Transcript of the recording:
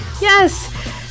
Yes